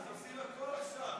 אז עושים הכול עכשיו.